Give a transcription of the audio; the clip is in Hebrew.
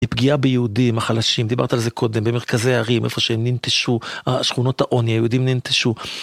הפגיעה ביהודים החלשים, דיברת על זה קודם, במרכזי הערים, איפה שהם נינטשו, שכונות העוני, היהודים נינטשו.